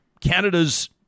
Canada's